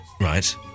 Right